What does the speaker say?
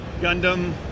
Gundam